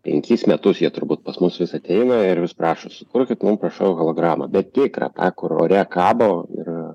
penkis metus jie turbūt pas mus vis ateina ir vis prašo sukurkit mum prašau hologramą bet tikrą tą kur ore kabo ir